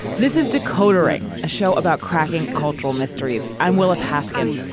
this is decoder ring, a show about cracking cultural mysteries. i'm willa paskin.